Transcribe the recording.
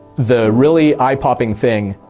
the really eye popping thing